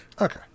Okay